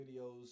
videos